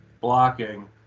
blocking